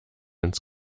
ins